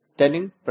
telling